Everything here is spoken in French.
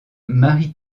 marie